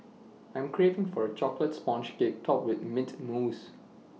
I'm craving for A Chocolate Sponge Cake Topped with Mint Mousse